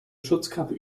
schutzkappe